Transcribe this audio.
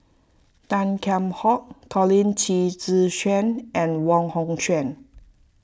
Tan Kheam Hock Colin Qi Zi Xuan and Wong Hong Quen